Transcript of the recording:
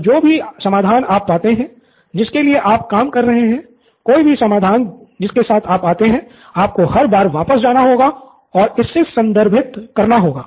तो जो भी समाधान आप पाते है जिसके लिए आप काम कर रहे हैं कोई भी समाधान जिसके साथ आप आते हैं आपको हर बार वापस जाना होगा और इससे संदर्भित करना होगा